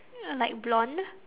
like blonde